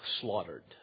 slaughtered